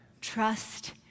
Trust